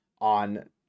on